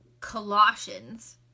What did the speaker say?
Colossians